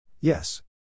Yes